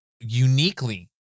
uniquely